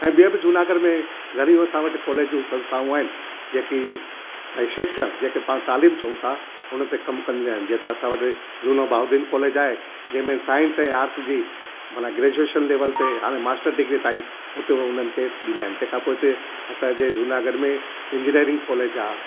ऐं ॿिया बि जूनागढ़ में घणियूं असां वटि कॉलेजूं संस्थाऊं आहिनि जेकी भई शिक्षा जेके पाण तालीम चऊं था उन ते कमु कंदियूं आहिनि जीअं त असां वटि जूनो भाउदीन कॉलेज आहे जंहिंमें साइंस ऐं आट्स जी माना ग्रैजुएशन लेवल ते हाणे मास्टर डिग्री ताईं हुते हुननि खे ॾींदा आहिनि तंहिंखां पोइ हुते असांजे जूनागढ़ में इंजिनियरिंग कॉलेज आहे